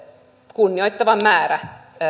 kunnioitettavan määrän